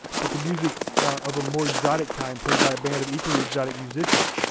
but the music of a more exotic kind played by a band of equally exotic musicians.